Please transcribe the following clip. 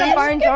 um barn yeah